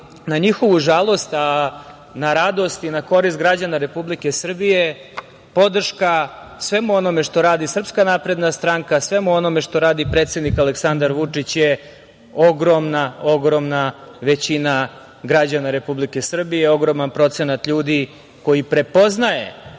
na njihovu žalost, a na radost i na korist građana Republike Srbije podrška svemu onome što radi SNS, svemu onome što radi predsednik Aleksandar Vučić je ogromna, ogromna većina građana Republike Srbije, ogroman procenat ljudi koji prepoznaje